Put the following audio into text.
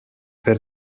per